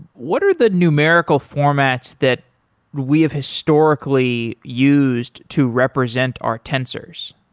what are the numerical formats that we have historically used to represent our tensors?